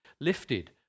lifted